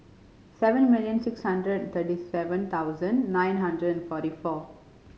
seven million six hundred thirty seven thousand nine hundred and forty four